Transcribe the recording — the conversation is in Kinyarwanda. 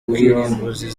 kirimbuzi